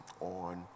on